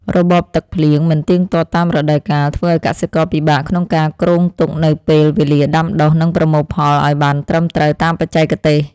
របបទឹកភ្លៀងមិនទៀងទាត់តាមរដូវកាលធ្វើឱ្យកសិករពិបាកក្នុងការគ្រោងទុកនូវពេលវេលាដាំដុះ និងប្រមូលផលឱ្យបានត្រឹមត្រូវតាមបច្ចេកទេស។